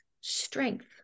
Strength